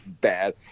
bad